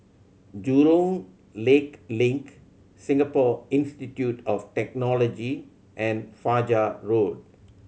Jurong Lake Link Singapore Institute of Technology and Fajar Road